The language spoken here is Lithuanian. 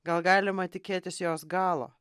gal galima tikėtis jos galo